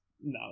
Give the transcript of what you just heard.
no